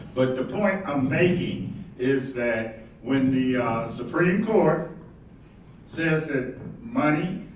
but the point i'm making is that when the supreme court says that money,